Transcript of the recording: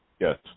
yes